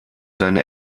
deine